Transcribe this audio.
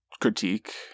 critique